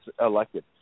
elected